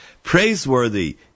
Praiseworthy